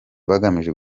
bagamije